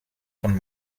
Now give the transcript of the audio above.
von